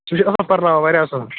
سُہ چھُ اصٕل پرٕناوان واریاہ اصٕل